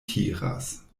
tiras